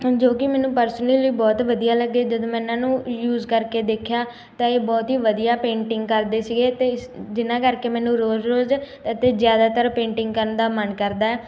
ਜੋ ਕਿ ਮੈਨੂੰ ਪਰਸਨਲੀ ਬਹੁਤ ਵਧੀਆ ਲੱਗੇ ਜਦੋਂ ਮੈਂ ਇਹਨਾਂ ਨੂੰ ਯੂਜ ਕਰਕੇ ਦੇਖਿਆ ਤਾਂ ਇਹ ਬਹੁਤ ਹੀ ਵਧੀਆ ਪੇਂਟਿੰਗ ਕਰਦੇ ਸੀਗੇ ਅਤੇ ਇਸ ਜਿਹਨਾਂ ਕਰਕੇ ਮੈਨੂੰ ਰੋਜ਼ ਰੋਜ਼ ਅਤੇ ਜ਼ਿਆਦਾਤਰ ਪੇਂਟਿੰਗ ਕਰਨ ਦਾ ਮਨ ਕਰਦਾ